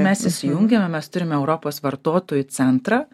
mes įsijungiame mes turime europos vartotojų centrą